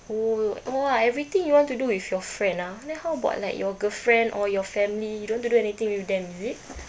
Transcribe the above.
oh !wah! everything you want to do with your friend ah then how about like your girlfriend or your family you don't want to do anything with them is it